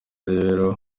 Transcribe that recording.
rero